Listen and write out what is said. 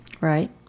Right